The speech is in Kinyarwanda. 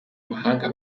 mahanga